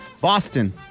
Boston